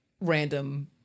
random